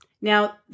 Now